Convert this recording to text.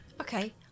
Okay